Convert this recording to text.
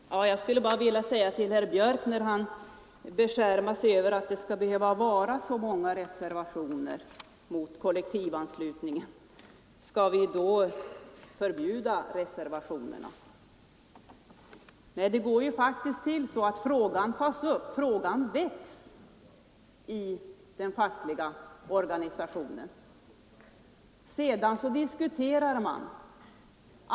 Herr talman! Jag skulle bara vilja säga till herr Björck i Nässjö när han beskärmar sig över att det skall behöva vara så många reservationer mot kollektivanslutningen: Skall vi då förbjuda reservationerna? Det går faktiskt till så att frågan väcks i den fackliga organisationen. Sedan diskuterar man.